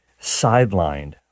sidelined